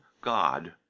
god